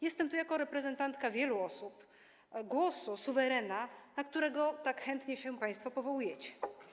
Jestem tu jako reprezentantka wielu osób, głosu suwerena, na którego tak chętnie się państwo powołujecie.